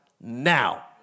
now